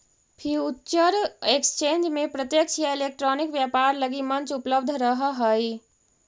future exchange में प्रत्यक्ष या इलेक्ट्रॉनिक व्यापार लगी मंच उपलब्ध रहऽ हइ